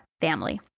family